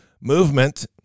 Movement